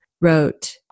wrote